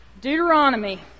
Deuteronomy